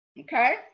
Okay